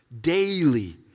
daily